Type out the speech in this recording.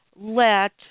let